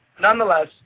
nonetheless